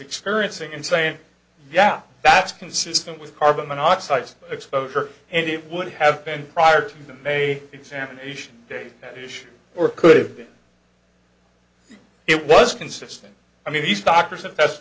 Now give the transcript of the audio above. experiencing and saying yeah that's consistent with carbon monoxide exposure and it would have been prior to may examination they should or could have been it was consistent i mean these doctors